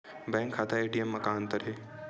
Bank खाता ATM मा का अंतर हे?